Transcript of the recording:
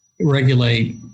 regulate